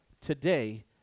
today